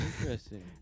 interesting